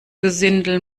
gesindel